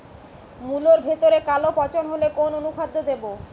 মুলোর ভেতরে কালো পচন হলে কোন অনুখাদ্য দেবো?